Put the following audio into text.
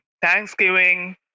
Thanksgiving